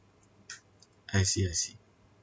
I see I see